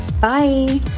Bye